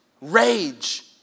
rage